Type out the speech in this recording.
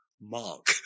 mark